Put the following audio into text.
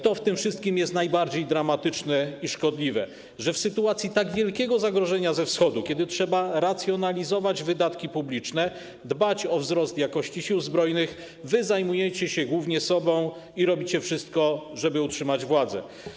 To w tym wszystkim jest najbardziej dramatyczne i szkodliwe: że w sytuacji tak wielkiego zagrożenia ze Wschodu, kiedy trzeba racjonalizować wydatki publiczne, dbać o wzrost jakości Sił Zbrojnych, wy zajmujecie się głównie sobą i robicie wszystko, żeby utrzymać władzę.